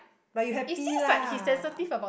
but you happy lah